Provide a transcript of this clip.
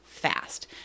fast